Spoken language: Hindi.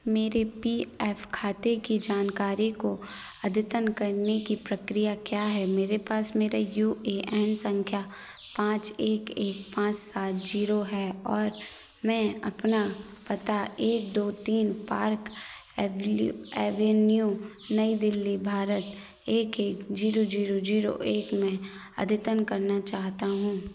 मेरे पी एफ खाते की जानकारी को अद्यतन करने की प्रक्रिया क्या है मेरे पास मेरा यू ए एन संख्या पाँच एक एक पाँच सात जीरो है और मैं अपना पता एक दो तीन पार्क एभल्यू ऐभेन्यू नई दिल्ली भारत एक एक जीरो जीरो जीरो एक में अद्यतन करना चाहता हूँ